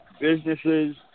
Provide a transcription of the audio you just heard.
businesses